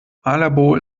malabo